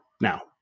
now